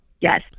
Yes